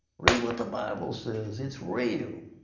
read what the bible says, it's real.